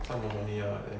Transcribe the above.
他们 only ah